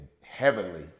heavenly